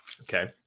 Okay